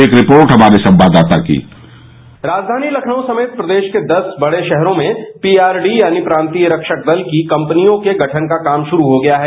एक रिपोर्ट हमारे संवाददाता की राज्यानी लखनऊ समेत प्रदेश के दस बड़े शहरों में पीआरडी यानि प्रांतीय रखक दल की कंपनियों के गठन का काम शुरू हो गया है